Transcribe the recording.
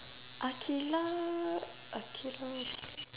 aqilah aqilah